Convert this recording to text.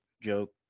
joke